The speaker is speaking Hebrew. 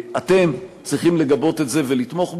אתם צריכים לגבות את זה ולתמוך בזה.